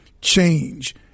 change